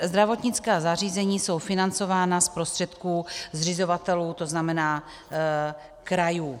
Zdravotnická zařízení jsou financována z prostředků zřizovatelů, tzn. krajů.